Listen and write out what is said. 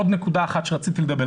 עוד נקודה אחת שרציתי לדבר עליה.